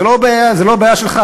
זו לא בעיה שלך.